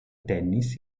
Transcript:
tennis